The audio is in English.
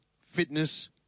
fitness